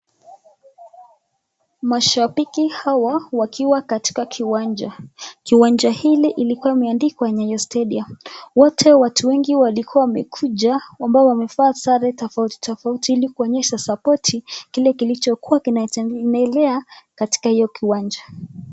Mashabiki hawa wakiwa katika kiwanja, kiwanja hili ilikuwa imeandikwa Nyayo stadium wote watu wengi walikuwa wamekuja ambao wamevaa sare tofauti tofauti ili kuonyesha sapoti kile kilichokuwa kinaendelea katika hiyo kiwanja.